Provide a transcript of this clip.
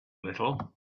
little